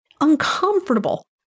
Uncomfortable